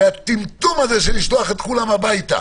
הרי הטמטום של לשלוח את כולם הביתה